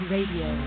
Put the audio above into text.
Radio